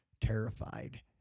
terrified